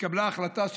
התקבלה החלטה,